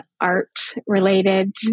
art-related